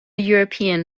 european